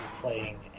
playing